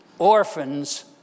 Orphans